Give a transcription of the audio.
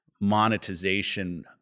monetization